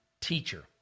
teacher